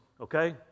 okay